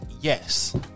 Yes